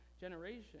generation